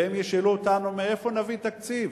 ואם ישאלו אותנו: מאיפה נביא תקציב?